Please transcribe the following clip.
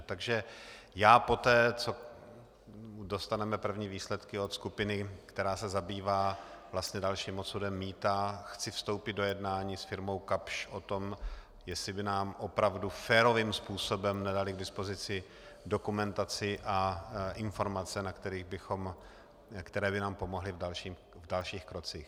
Takže já poté, co dostaneme první výsledky od skupiny, která se zabývá vlastně dalším osudem mýta, chci vstoupit do jednání s firmou Kapsch o tom, jestli by nám opravdu férovým způsobem nedali k dispozici dokumentaci a informace, které by nám pomohly v dalších krocích.